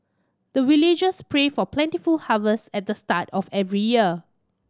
the villagers pray for plentiful harvest at the start of every year